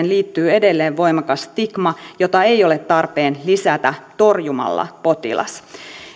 liittyy edelleen voimakas stigma jota ei ole tarpeen lisätä torjumalla potilas